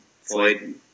Floyd